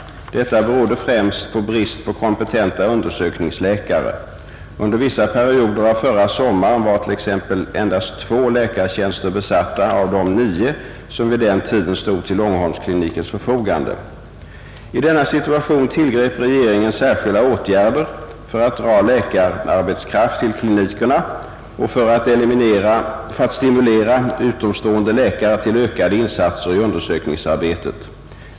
Detta berodde främst på brist på kompetenta undersökningsläkare. Under vissa perioder av förra sommaren var t.ex. endast två läkartjänster besatta av de nio som vid den tiden stod till Långholmsklinikens förfogande. I denna situation tillgrep regeringen särskilda åtgärder för att dra läkararbetskraft till klinikerna och för att stimulera utomstående läkare till ökade insatser i undersökningsarbetet.